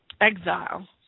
exile